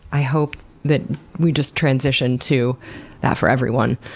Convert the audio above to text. i hope that we just transition to that for everyone.